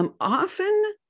Often